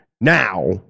now